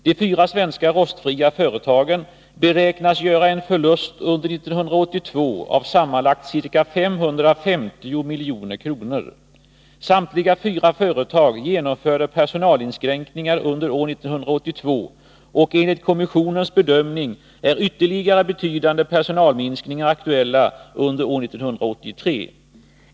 De fyra svenska rostfria företagen beräknas göra en förlust under 1982 av sammanlagt ca 550 milj.kr. Samtliga fyra företag genomförde personalinskränkningar under år 1982, och enligt kommissionens bedömning är ytterligare betydande personalminskningar aktuella under år 1983.